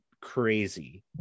crazy